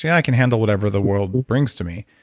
yeah i can handle whatever the world brings to me.